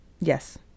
yes